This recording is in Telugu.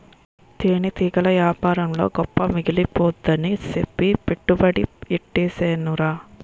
తేనెటీగల యేపారంలో గొప్ప మిగిలిపోద్దని సెప్పి పెట్టుబడి యెట్టీసేనురా